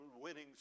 Winning